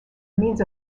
means